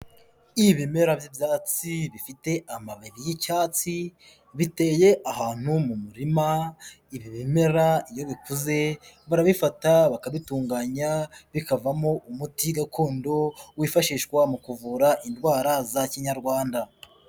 Ibimera by'byatsi bifite amababi y'icyatsi biteye ahantu mu murima ibi bimera iyo bikuze barabifata bakabitunganya bikavamo umuti gakondo wifashishwa mu kuvura indwara za kinyarwanda.